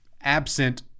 absent